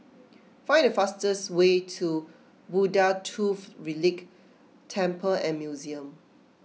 find the fastest way to Buddha Tooth Relic Temple and Museum